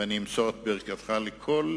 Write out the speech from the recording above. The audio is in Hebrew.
ואני אמסור את ברכתך לכל